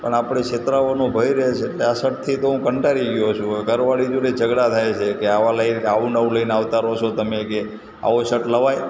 પણ આપણે છેતરાવાનો ભય રહે છે એટલે આ સર્ટથી તો હું કંટાળી ગ્યો છું ઘરવાળી જોડે ઝઘડા થાય છે કે આવા લઇ આવું ને આવું લઇને આવતા રહો છો તમે કહે આવો સટ લવાય